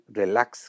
relax